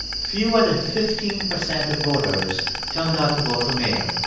fewer than fifteen percent of voters turned out to vote for mayor.